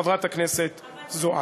חברת הכנסת זועבי.